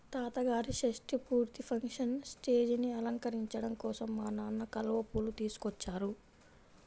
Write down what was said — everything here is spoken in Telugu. తాతగారి షష్టి పూర్తి ఫంక్షన్ స్టేజీని అలంకరించడం కోసం మా నాన్న కలువ పూలు తీసుకొచ్చారు